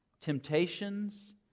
temptations